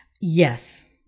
Yes